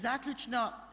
Zaključno.